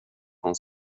kom